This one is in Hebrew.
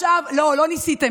מיכל, לא ניסיתם.